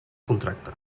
contracte